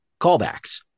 callbacks